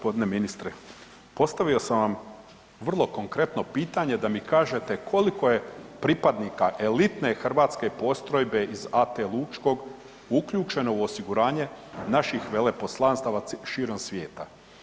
Poštovani g. ministre, postavio sam vam vrlo konkretno pitanje da mi kažete koliko je pripadnika elitne hrvatske postrojbe iz AT Lučkog uključeno u osiguranje naših veleposlanstava širom svijeta?